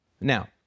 Now